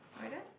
are we done